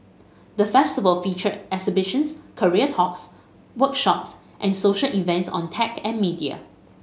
the Festival featured exhibitions career talks workshops and social events on tech and media